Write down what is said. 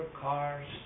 cars